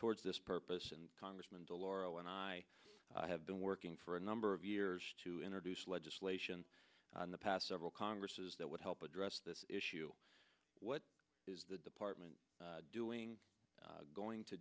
towards this purpose and congressman de lauro and i have been working for a number of years to introduce legislation in the past several congresses that would help address this issue what is the department doing going to